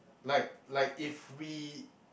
like like if we